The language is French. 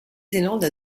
zélande